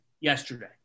yesterday